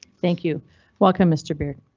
thank you welcome mr beard.